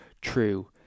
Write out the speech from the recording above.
true